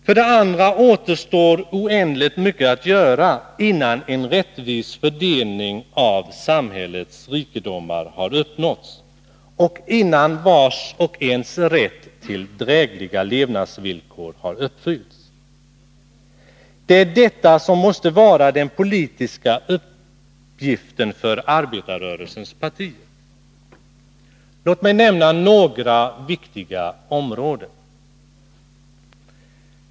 För det andra återstår oändligt mycket att göra, innan en rättvis fördelning av samhällets rikedomar har uppnåtts och innan vars och ens rätt till drägliga levnadsvillkor har tillgodosetts. Det är detta som måste vara den politiska uppgiften för arbetarrörelsens partier. Låt mig nämna några viktiga områden.